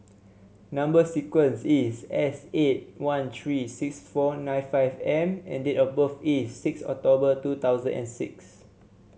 number sequence is S eight one three six four nine five M and date of birth is six October two thousand and six